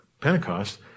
Pentecost